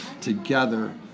together